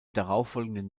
darauffolgenden